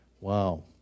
Wow